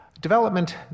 development